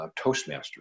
Toastmasters